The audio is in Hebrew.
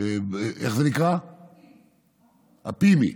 איך זה נקרא, ה-PIMS,